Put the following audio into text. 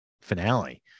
finale